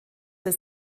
der